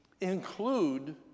include